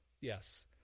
yes